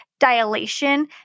dilation